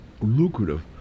lucrative